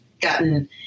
gotten